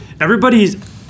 Everybody's